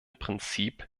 prinzip